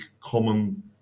common